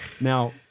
Now